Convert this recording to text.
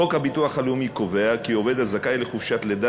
חוק הביטוח הלאומי קובע כי עובד הזכאי לחופשת לידה